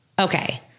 Okay